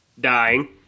Dying